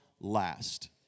last